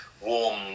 warm